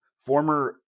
former